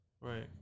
Right